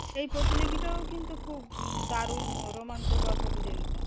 সেই প্রতিযোগিতাটাও কিন্তু খুব দারুণ রোমাঞ্চকর প্রতিযোগিতা